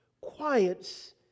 quiets